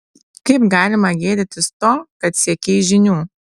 kaip galima gėdytis to kad siekei žinių